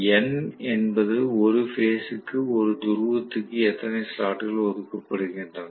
N என்பது ஒரு phase க்கு ஒரு துருவத்திற்கு எத்தனை ஸ்லாட் கள் ஒதுக்கப்படுகின்றன